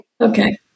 Okay